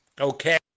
Okay